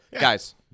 guys